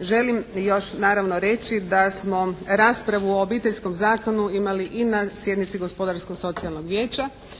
Želim još naravno reći da smo raspravu o Obiteljskom zakonu imali i na sjednici Gospodarsko-socijalnog vijeća